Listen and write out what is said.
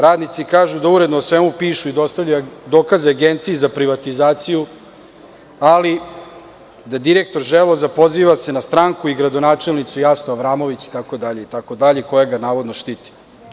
Radnici kažu da uredno o svemu pišu i dostavljaju dokaze Agenciji za privatizaciju, ali da direktor „Želvoza“ se poziva na stranku i gradonačelnicu Jasnu Avramović itd, koja ga štiti.